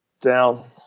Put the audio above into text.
down